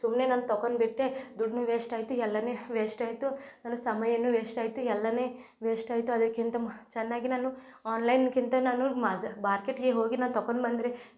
ಸುಮ್ಮನೆ ನಾನು ತೊಕೊಂಡ್ ಬಿಟ್ಟೆ ದುಡ್ಡೂ ವೇಸ್ಟಾಯಿತು ಎಲ್ಲನೂ ವೇಸ್ಟಾಯಿತು ನನ್ನ ಸಮಯವೂ ವೇಸ್ಟಾಯಿತು ಎಲ್ಲನೆ ವೇಸ್ಟಾಯಿತು ಅದಕ್ಕಿಂತ ಮು ಚೆನ್ನಾಗಿ ನಾನು ಆನ್ಲೈನ್ಗಿಂತ ನಾನು ಮಾರ್ಕೆಟ್ಗೆ ಹೋಗಿ ನಾನು ತೊಕೊಂಡ್ ಬಂದರೆ